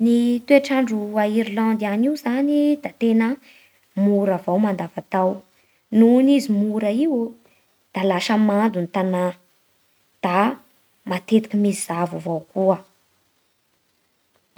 Ny toetr'andro a Irlandy io zany da tena mora avao mandavatao. Noho izy mora iô da lasa mando ny tanà da matetiky misy zavo avao koa.